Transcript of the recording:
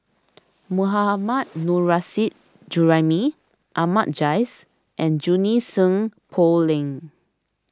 Mohammad Nurrasyid Juraimi Ahmad Jais and Junie Sng Poh Leng